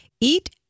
eat